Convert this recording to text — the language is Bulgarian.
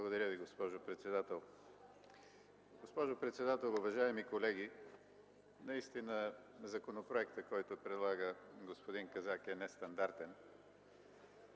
Благодаря Ви, госпожо председател. Госпожо председател, уважаеми колеги, наистина законопроектът, който господин Казак предлага, е нестандартен.